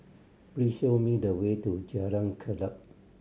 please show me the way to Jalan